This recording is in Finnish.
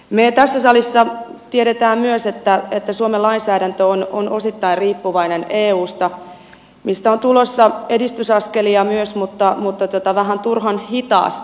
me tässä salissa tiedämme myös että suomen lainsäädäntö on osittain riippuvainen eusta mistä on tulossa edistysaskelia myös mutta vähän turhan hitaasti